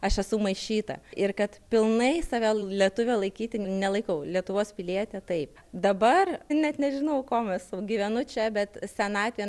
aš esu maišyta ir kad pilnai save lietuve laikyti nelaikau lietuvos pilietė taip dabar net nežinau kuom esu gyvenu čia bet senatvėje